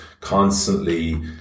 constantly